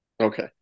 Okay